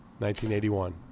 1981